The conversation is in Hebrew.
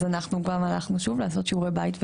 אנחנו הלכנו שוב לעשות שיעורי בית,